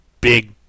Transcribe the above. big